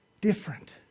different